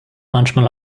manchmal